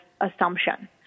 assumption